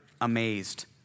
amazed